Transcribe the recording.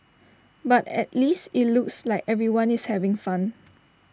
but at least IT looks like everyone is having fun